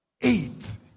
eight